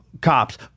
cops